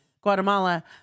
Guatemala